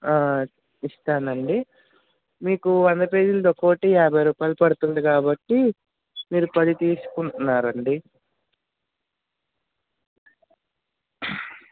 ఇస్తానండి మీకు వంద పేజిలది ఒక్కోక్కటి యాభై రూపాయలు పడుతుంది కాబట్టి మీరు పది తీసుకుంటున్నారండి